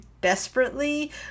desperately